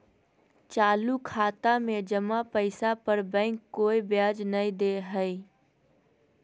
चालू खाता में जमा पैसा पर बैंक कोय ब्याज नय दे हइ